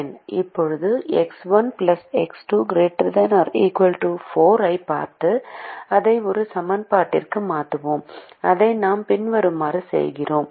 இப்போது x 1 x 2 ≥ 4 ஐப் பார்த்து அதை ஒரு சமன்பாட்டிற்கு மாற்றுவோம் அதை நாம் பின்வருமாறு செய்கிறோம்